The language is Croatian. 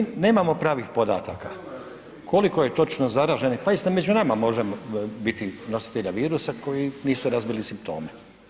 Mi nemamo pravih podataka koliko je točno zaraženih, pa isto među nama možemo biti nositelji virusa koji nisu razbili simptome.